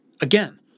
again